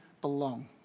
belong